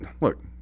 Look